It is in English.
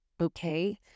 Okay